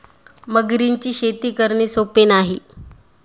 मगरींची शेती करणे सोपे नाही